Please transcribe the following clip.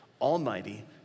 Almighty